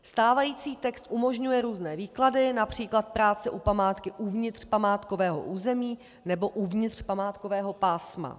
Stávající text umožňuje různé výklady, například práce u památky uvnitř památkového území nebo uvnitř památkového pásma.